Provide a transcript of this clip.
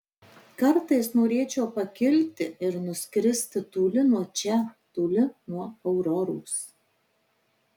kartais norėčiau pakilti ir nuskristi toli nuo čia toli nuo auroros